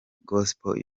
gospel